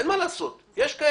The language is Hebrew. אין מה לעשות, יש כאלה.